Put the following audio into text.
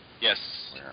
Yes